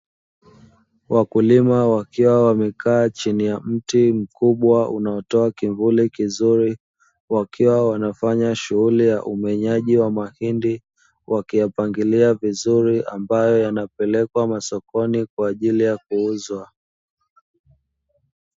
Wakulima wakiwa wamekaa chini ya mti mkubwa unaotoa kivuli kizuri, wakiwa wanafanya shughuli yaumenyaji wa mahindi wakiyapangilia vizuri ambayo yanapelekwa masokoni kwa ajili ya kuuzwa.